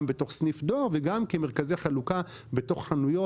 גם בתוך סניף דואר וגם כמרכזי חלוקה בתוך חנויות.